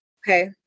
Okay